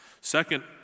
Second